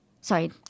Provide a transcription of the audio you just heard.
sorry